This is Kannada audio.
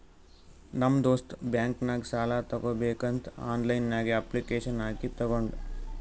ನಮ್ ದೋಸ್ತ್ ಬ್ಯಾಂಕ್ ನಾಗ್ ಸಾಲ ತಗೋಬೇಕಂತ್ ಆನ್ಲೈನ್ ನಾಗೆ ಅಪ್ಲಿಕೇಶನ್ ಹಾಕಿ ತಗೊಂಡ್